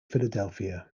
philadelphia